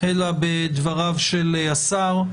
אלא בדבריו של השר,